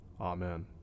Amen